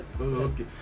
okay